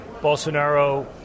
Bolsonaro